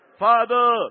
Father